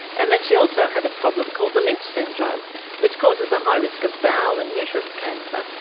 and that she also had a problem called the lynch syndrome which causes a high risk of bowel and uterus cancer.